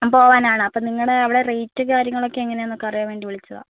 പോവാനാണ് അപ്പോൾ നിങ്ങളുടെ അവിടെ റേറ്റ് കാര്യങ്ങളൊക്കെ എങ്ങനെയാണെന്നൊക്കെ അറിയാൻ വേണ്ടി വിളിച്ചതാണ്